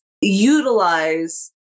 utilize